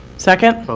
second. but